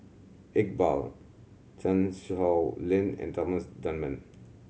Iqbal Chan Sow Lin and Thomas Dunman